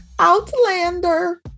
Outlander